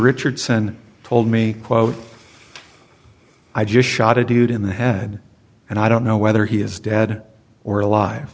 richardson told me quote i just shot a dude in the head and i don't know whether he is dead or alive